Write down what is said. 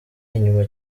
inyuma